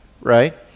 Right